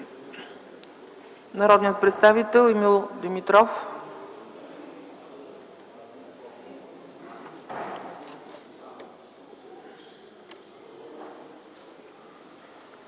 Народният представител Емил Димитров.